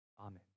Amen